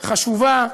חשובה,